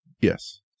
Yes